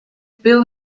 bill